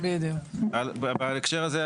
בהקשר הזה,